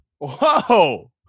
Whoa